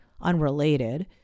unrelated